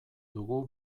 dugu